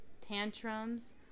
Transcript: tantrums